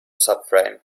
subframe